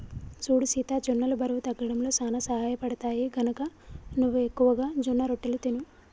సూడు సీత జొన్నలు బరువు తగ్గడంలో సానా సహయపడుతాయి, గనక నువ్వు ఎక్కువగా జొన్నరొట్టెలు తిను